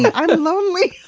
and and lonely.